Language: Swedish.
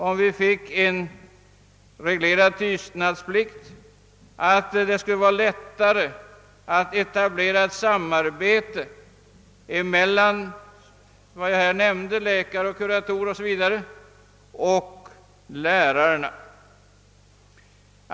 Om vi finge en reglerad tystnadsplikt skulle det vara lättare att etablera ett samarbete mellan de nyss nämnda grupperna, läkare, kuratorer o.s.v. och lärarna.